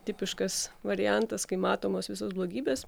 tipiškas variantas kai matomos visos blogybės